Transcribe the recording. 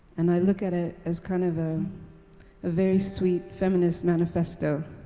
and i look at it as kind of a very sweet feminist manifesto